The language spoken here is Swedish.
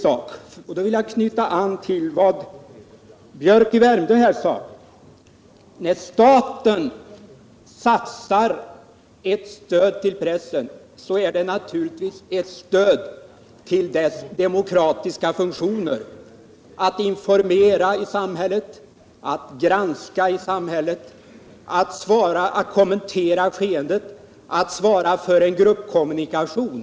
Jag vill sedan knyta an till vad herr Biörck i Värmdö sade, att när staten satsar ett stöd till pressen är det naturligtvis ett stöd till dess demokratiska funktioner: att informera i samhället, att granska i samhället, att kommentera skeenden, att svara för en gruppkommunikation.